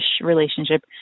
relationship